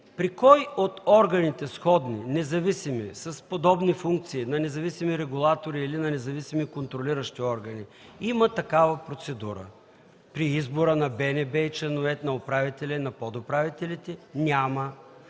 при кой от органите – сходни, независими, с подобни функции на независими регулатори или на независими контролиращи органи, има такава процедура? При избора на управител на Българската народна банка и подуправители ли? Няма.